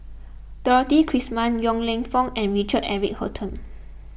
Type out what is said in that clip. Dorothy Krishnan Yong Lew Foong and Richard Eric Holttum